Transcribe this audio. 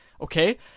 okay